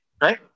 right